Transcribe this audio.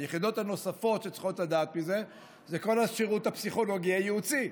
היחידות הנוספות שצריכות לדעת מזה זה כל השרות הפסיכולוגי הייעוצי.